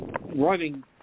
running